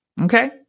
Okay